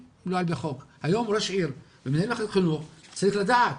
היום ראש העיר ומנהל מחלקת חינוך צריך לדעת,